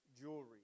jewelry